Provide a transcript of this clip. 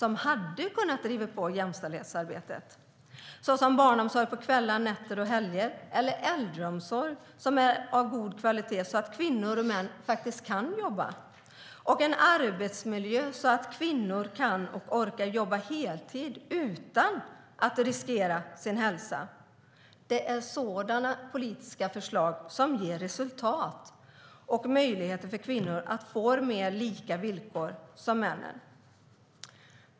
Om man hade drivit på jämställdhetsarbetet genom barnomsorg på kvällar, nätter och helger och äldreomsorg av god kvalitet hade kvinnor och män kunnat jobba. En bättre arbetsmiljö skulle göra att kvinnor kunde och orkade jobba heltid utan att riskera sin hälsa. Det är sådana politiska förslag som ger resultat och möjligheter för kvinnor att få villkor som mer liknar männens.